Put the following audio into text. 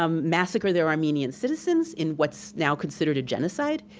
um massacre their armenian citizens in what's now considered a genocide,